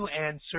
answer